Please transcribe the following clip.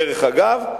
דרך אגב,